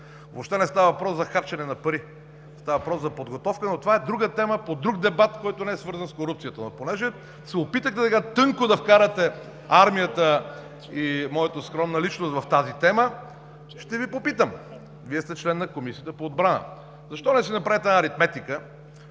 Въобще не става въпрос за харчене на пари. Става въпрос за подготовка, но това е друга тема по друг дебат, който не е свързан с корупцията. Но понеже се опитахте така тънко да вкарате армията и моята скромна личност в тази тема, ще ви попитам: Вие сте член на Комисията по отбрана, защо не си направите една аритметика